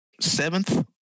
seventh